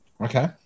Okay